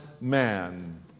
man